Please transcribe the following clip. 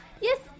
Yes